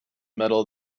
metal